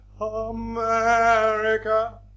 America